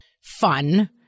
fun